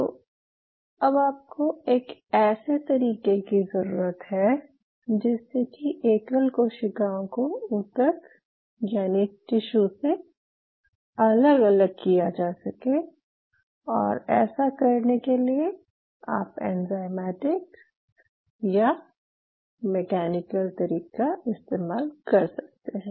तो अब आपको एक ऐसे तरीके की ज़रूरत है जिससे कि एकल कोशिकाओं को ऊतक या टिश्यू से अलग अलग किया जा सके और ऐसा करने के लिए आप एंजाइमेटिक या मैकेनिकल तरीका इस्तेमाल कर सकते हैं